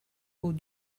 aux